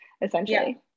essentially